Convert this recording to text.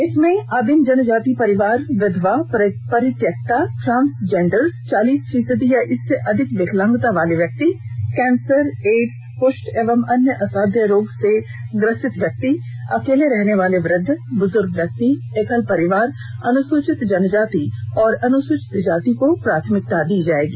जिसमें आदिम जनजाति परिवार विधवा परित्यक्ता ट्रांसजेंडर चालीस फीसदी या इससे अधिक विकलांगता वाले व्यक्ति कैंसर एड्स कुष्ठ एवं अन्य असाध्य रोग से ग्रसित व्यक्ति अकेले रहने वाले वृद्ध बुजुर्ग व्यक्ति एकल परिवार अनुसूचित जनजाति अनुसूचित जाति को प्राथमिकता दी जाएगी